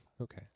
Okay